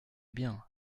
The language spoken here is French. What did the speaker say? bien